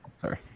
Sorry